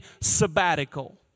sabbatical